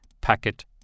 packet